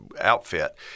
outfit